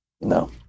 no